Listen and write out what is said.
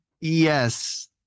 Yes